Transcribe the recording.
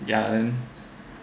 ya and